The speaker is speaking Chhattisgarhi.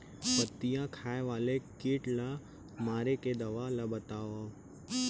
पत्तियां खाए वाले किट ला मारे के दवा ला बतावव?